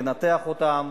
לנתח אותם,